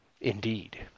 indeed